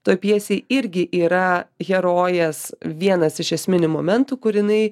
ta pjesė irgi yra herojės vienas iš esminių momentų kur jinai